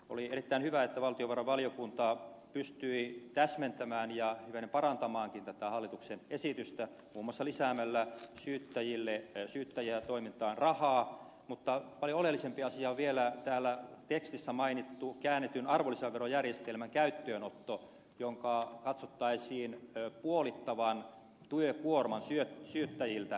oli erittäin hyvä että valtiovarainvaliokunta pystyi täsmentämään ja hivenen parantamaankin tätä hallituksen esitystä muun muassa lisäämällä syyttäjien toimintaan rahaa mutta paljon oleellisempi asia on vielä täällä tekstissä mainittu käännetyn arvonlisäverojärjestelmän käyttöönotto jonka katsottaisiin puolittavan työkuorman syyttäjiltä